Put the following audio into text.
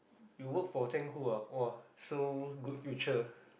you work for Zheng-Hu ah !wah! so good future